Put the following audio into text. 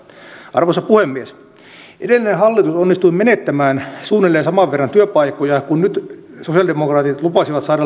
arvoisa puhemies edellinen hallitus onnistui menettämään suunnilleen saman verran työpaikkoja kuin nyt sosialidemokraatit lupasivat saada